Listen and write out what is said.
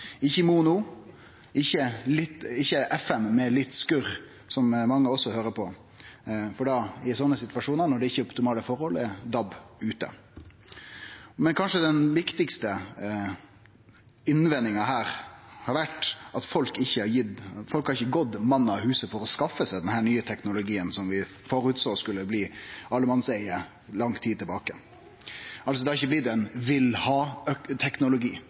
ikkje i mono, ikkje FM med litt skurr, som mange også høyrer på. I slike situasjonar, når det ikkje er optimale forhold, er DAB ute. Men den kanskje viktigaste innvendinga her har vore at folk ikkje har gått mann av huse for å skaffe seg denne nye teknologien vi føresåg skulle bli allemannseie ei lang tid tilbake. Det har altså ikkje blitt ein